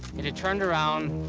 it had turned around,